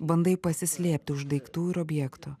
bandai pasislėpti už daiktų ir objektų